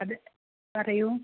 അതെ പറയൂ